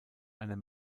einer